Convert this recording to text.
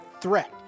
threat